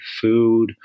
food